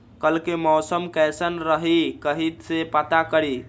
कल के मौसम कैसन रही कई से पता करी?